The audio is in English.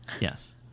Yes